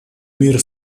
мир